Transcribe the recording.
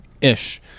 ish